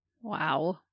Wow